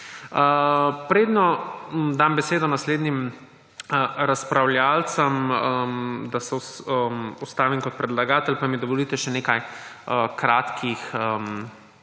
Preden dam besedo naslednjim razpravljavcem, se ustavim kot predlagatelj, pa mi dovolite še nekaj kratkih